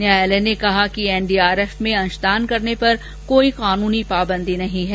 न्यायालय ने कहा कि एनडीआर एफ में अंशदान करने पर कोई कानूनी पाबंदी नहीं है